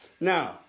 Now